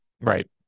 Right